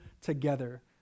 together